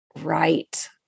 right